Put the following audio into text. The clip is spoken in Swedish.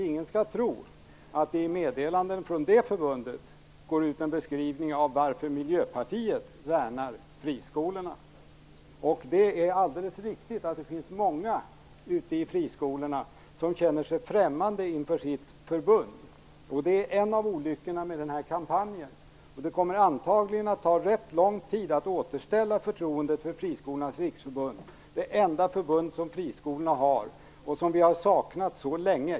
Ingen skall tro att meddelanden från det förbundet går ut utan beskrivning av varför Miljöpartiet värnar friskolorna. Det är alldeles riktigt att det finns många ute i friskolorna som känner sig främmande inför sitt förbund. Det är en av olyckorna med den här kampanjen. Det kommer antagligen att ta rätt lång tid att återställa förtroendet för Friskolornas riksförbund, det enda förbund som friskolorna har och som vi har saknat länge.